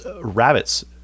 Rabbits